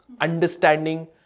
understanding